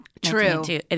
True